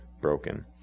broken